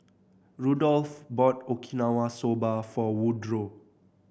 Rudolf bought Okinawa Soba for Woodroe